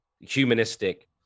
humanistic